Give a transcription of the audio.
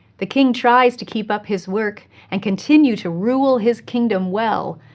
the king tries to keep up his work and continue to rule his kingdom well,